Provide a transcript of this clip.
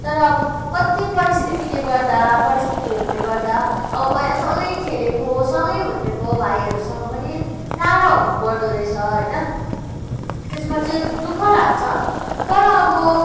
तर अब कति परिस्थितिले गर्दा परिस्थितिहरूले गर्दा अब पहिला सँगै खेलेको सँगै हुर्केको भाइहरूसँग पनि टाढा हुनु पर्दोरहेछ होइन त्यसमा चाहिँ दुःख लाग्छ तर अब